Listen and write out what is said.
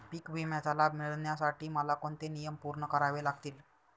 पीक विम्याचा लाभ मिळण्यासाठी मला कोणते नियम पूर्ण करावे लागतील?